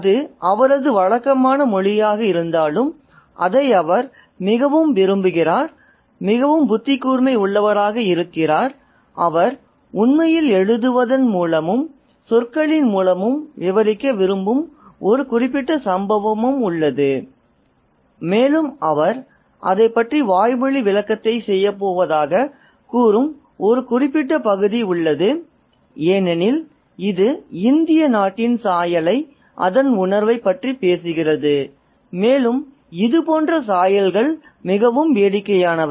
அது அவரது வழக்கமான மொழியாக இருந்தாலும் அதை அவர் மிகவும் விரும்புகிறார் மிகவும் புத்திக் கூர்மை உள்ளவராக இருக்கிறார் அவர் உண்மையில் எழுதுவதன் மூலமும் சொற்களின் மூலமும் விவரிக்க விரும்பும் ஒரு குறிப்பிட்ட சம்பவம் உள்ளது மேலும் அவர் அதைப் பற்றி வாய்மொழி விளக்கத்தை செய்யப் போவதாக கூறும் ஒரு குறிப்பிட்ட பகுதி உள்ளது ஏனெனில் இது இந்திய நாட்டின் சாயலை அதன் உணர்வைப் பற்றி பேசுகிறது மேலும் இதுபோன்ற சாயல்கள் மிகவும் வேடிக்கையானவை